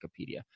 Wikipedia